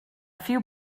few